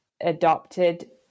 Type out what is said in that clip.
adopted